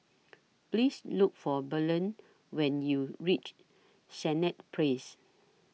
Please Look For Belen when YOU REACH Senett Place